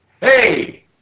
Hey